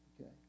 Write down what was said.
okay